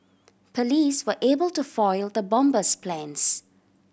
police were able to foil the bomber's plans